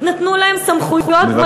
נתנו להן סמכויות מרחיקות לכת,